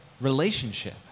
relationship